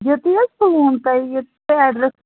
ییٚتی حظ پُلوامہِ تۅہہِ ییٚتُک تۅہہِ ایٚڈرَس